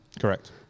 Correct